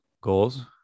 goals